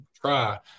try